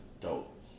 dope